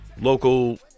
local